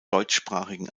deutschsprachigen